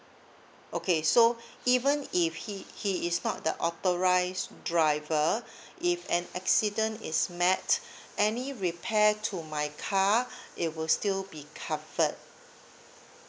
okay so even if he he is not the authorised driver if an accident is met any repair to my car it will still be covered